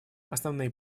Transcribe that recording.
основные